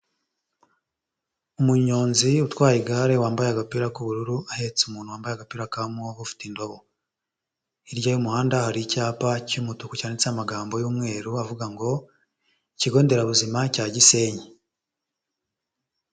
Umunyonzi utwaye igare wambaye agapira k'ubururu, ahetse umuntu wambaye agapira ka move ufite indobo, hirya y'umuhanda hari icyapa cy'umutuku cyanditseho amagambo y'umweru avuga ngo: "Ikigo nderabuzima cya Gisenyi."